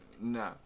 No